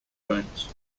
joints